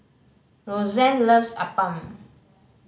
Rosanne loves appam